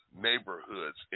neighborhoods